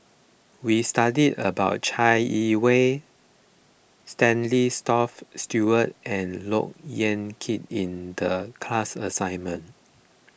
we studied about Chai Yee Wei Stanley Toft Stewart and Look Yan Kit in the class assignment